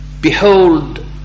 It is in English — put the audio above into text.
Behold